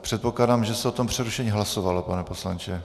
Předpokládám, že se o tom přerušení hlasovalo, pane poslanče.